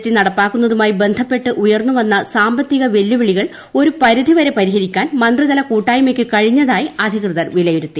T നടപ്പാക്കുന്നതുമായി ബന്ധപ്പെട്ട് ഉയർന്നുവന്ന സാമ്പത്തിക വെല്ലുവിളികൾ ഒരുപരിധിവരെ പരിഹരിക്കാൻ മന്ത്രിതല കൂട്ടായ്മയ്ക്ക് കഴിഞ്ഞതായി അധികൃതർ വിലയിരുത്തി